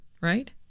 right